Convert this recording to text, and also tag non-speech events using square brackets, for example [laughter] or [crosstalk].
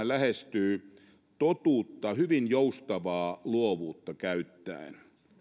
[unintelligible] lähestyy totuutta hyvin joustavaa luovuutta käyttäen